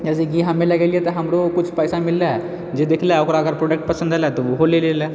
जैसेकि हमहीँ लगेलिए तऽ हमरो किछु पैसा मिललै जे देखलै ओकरा अगर प्रोडक्ट पसन्द एलै तऽ ओहो ले लेलए